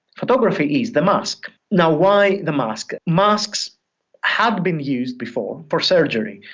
photography is the mask. now, why the mask? masks have been used before, for surgery.